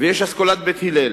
ויש אסכולת בית הלל.